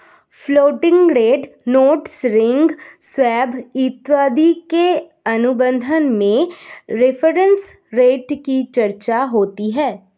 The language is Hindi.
floating rate notes ring swap इत्यादि के अनुबंध में रेफरेंस रेट की चर्चा होती है